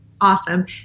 Awesome